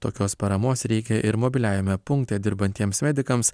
tokios paramos reikia ir mobiliajame punkte dirbantiems medikams